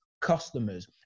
customers